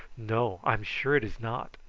no, i am sure it is not.